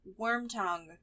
Wormtongue